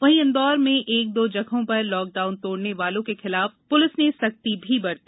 वहीं इंदौर में ऐक दो जगहों पर लॉकडाउन तोड़ने वालों के खिलाफ पुलिस ने सख्ती भी बरती